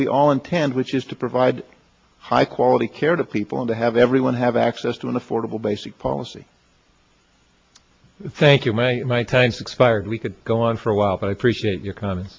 we all intend which is to provide high quality care to people and to have everyone have access to an affordable basic policy thank you my my tanks expired we could go on for a while but i appreciate your comm